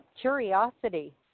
curiosity